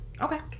okay